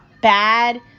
bad